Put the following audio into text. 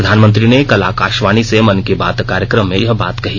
प्रधानमंत्री ने कल आकाशवाणी र्स मन की बात कार्यक्रम में यह बात कही